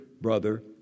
brother